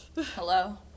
Hello